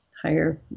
higher